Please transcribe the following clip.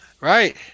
Right